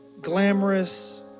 glamorous